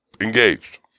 engaged